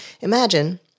imagine